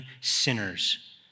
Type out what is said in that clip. sinners